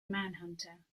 manhunter